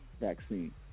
vaccine